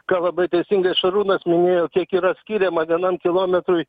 ką labai teisingai šarūnas minėjo kiek yra skiriama vienam kilometrui